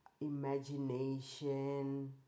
imagination